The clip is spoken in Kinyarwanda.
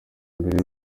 mbere